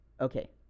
Okay